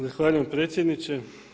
Zahvaljujem predsjedniče.